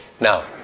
Now